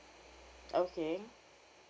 okay